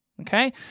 okay